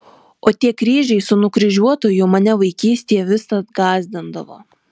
o tie kryžiai su nukryžiuotuoju mane vaikystėje visad gąsdindavo